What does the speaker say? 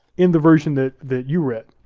in the version that that you read.